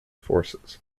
forces